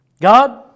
God